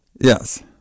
Yes